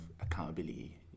accountability